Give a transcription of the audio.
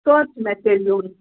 کَر چھُ مےٚ تیٚلہِ یُن